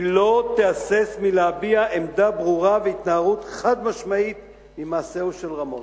היא לא תהסס מלהביע עמדה ברורה ומלהתנער חד-משמעית ממעשהו של רמון.